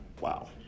Wow